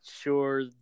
sure